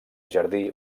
jardí